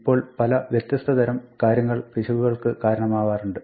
ഇപ്പോൾ പല വ്യത്യസ്ത തരം കാര്യങ്ങൾ പിശകുകൾക്ക് കാരണമാവാറുണ്ട്